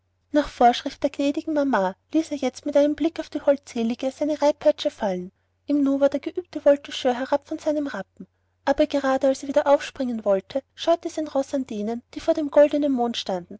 nach vorschrift der gnädigen mama ließ er jetzt mit einem blick auf die holdselige seine reitpeitsche fallen im nu war der geübte voltigeur herab von seinem rappen aber gerade als er wieder aufspringen wollte scheute sein roß an denen die vor dem goldenen